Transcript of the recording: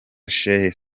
sheikh